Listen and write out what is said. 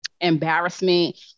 embarrassment